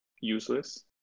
useless